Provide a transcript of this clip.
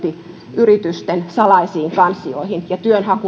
rekrytointiyritysten salaisiin kansioihin ja että työnhaku